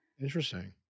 Interesting